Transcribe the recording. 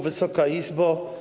Wysoka Izbo!